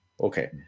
Okay